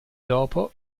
dopo